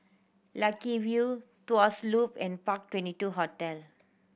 Lucky View Tuas Loop and Park Twenty two Hotel